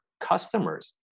Customers